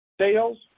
Sales